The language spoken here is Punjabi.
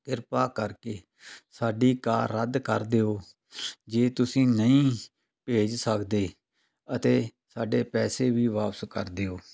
ਕਿਰਪਾ ਕਰਕੇ ਸਾਡੀ ਕਾਰ ਰੱਦ ਕਰ ਦਿਓ ਜੇ ਤੁਸੀਂ ਨਹੀਂ ਭੇਜ ਸਕਦੇ ਅਤੇ ਸਾਡੇ ਪੈਸੇ ਵੀ ਵਾਪਸ ਕਰ ਦਿਓ